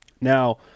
Now